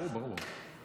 ברור, ברור.